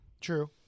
True